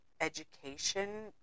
education